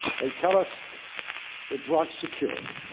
they tell us it brought security.